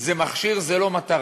זה מכשיר, זה לא מטרה.